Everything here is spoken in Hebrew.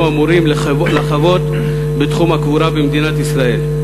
אמורים לחוות בתחום הקבורה במדינת ישראל.